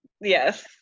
Yes